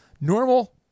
normal